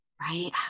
right